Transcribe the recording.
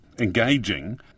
Engaging